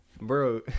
bro